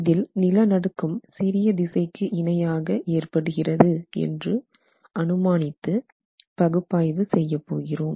இதில் நிலநடுக்கம் சிறிய திசைக்கு இணையாக ஏற்படுகிறது என்று அனுமானித்து பகுப்பாய்வு செய்ய போகிறோம்